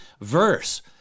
verse